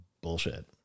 bullshit